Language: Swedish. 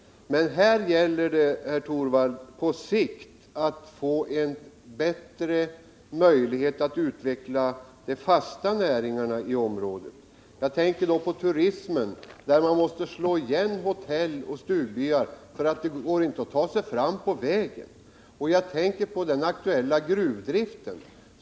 Men här gäller det, herr Torwald, möjligheterna att på sikt utveckla de fasta näringarna i området. Jag tänker på turismen — som det nu är, måste hotell och stugbyar slå igen därför att det inte går att ta sig fram på vägen! Och jag tänker på den aktuella gruvdriften.